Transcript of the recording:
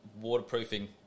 Waterproofing